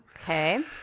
Okay